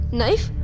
knife